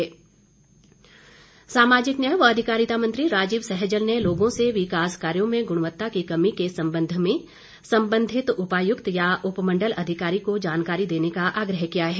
सहजल सामाजिक न्याय व अधिकारिता मंत्री राजीव सहजल ने लोगों से विकास कार्यो में गुणवत्ता की कमी के संबंध में संबंधित उपायुक्त या उपमण्डल अधिकारी को जानकारी देने का आग्रह किया है